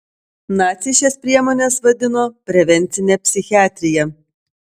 naciai šias priemones vadino prevencine psichiatrija